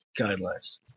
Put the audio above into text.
guidelines